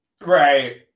Right